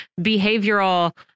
behavioral